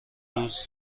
روز